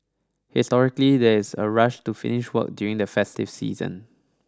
historically there's a rush to finish work during the festive season